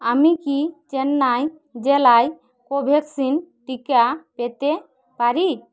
আমি কি চেন্নাই জেলায় কোভ্যাক্সিন টিকা পেতে পারি